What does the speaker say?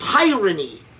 tyranny